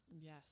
Yes